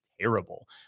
terrible